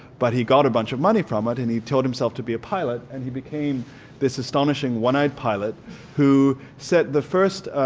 but he got a bunch of money from it and he taught himself to be a pilot and he became this astonishing one-eyed pilot who set the first,